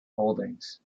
holdings